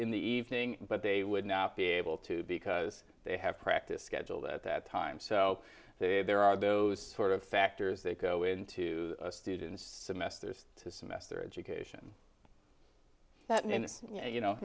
in the evening but they would not be able to because they have practice schedule that that time so there are those sort of factors that go into students semesters to semester education that